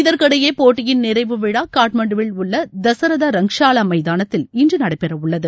இதற்கிடையே போட்டியின் நிறைவு விழா காத்மண்டுவில் உள்ள தசரதா ரங்ஷாவா எமதானத்தில் இன்று நடைபெற உள்ளது